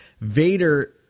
Vader